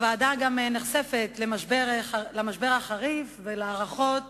הוועדה נחשפת למשבר החריף ולהערכות